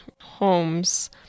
homes